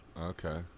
Okay